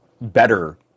better